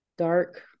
Dark